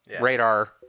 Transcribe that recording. radar